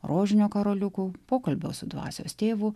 rožinio karoliukų pokalbio su dvasios tėvu